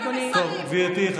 אדוני, זה לא מצחיק אותי.